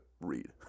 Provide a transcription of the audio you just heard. read